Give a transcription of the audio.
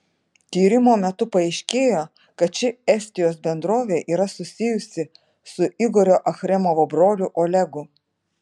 tyrimo metu paaiškėjo kad ši estijos bendrovė yra susijusi su igorio achremovo broliu olegu